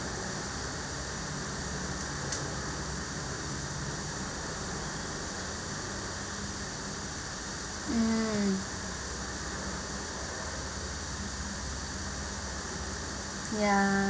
mm ya